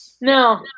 No